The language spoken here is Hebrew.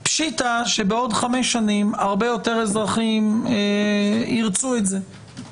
פשיטתא שעוד חמש שנים הרבה יותר אזרחים ירצו את זה.